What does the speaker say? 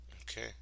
okay